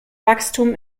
wachstum